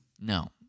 No